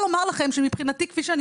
אדוני, בהמשך לדברים של טלי